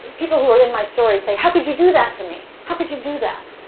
people who are in my stories say, how could you do that to me? how could you do that?